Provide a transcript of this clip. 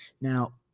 Now